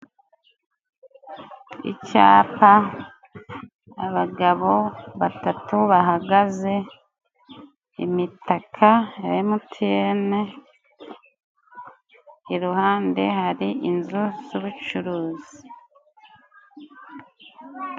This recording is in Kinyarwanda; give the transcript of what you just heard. Icyapa, abagabo batatu bahagaze ,imitaka ya emutiyene iruhande hari inzu z'ubucuruzi.